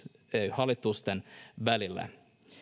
hallitusten välillä